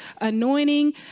anointing